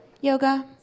yoga